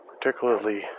particularly